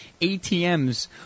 atms